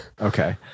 okay